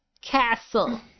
Castle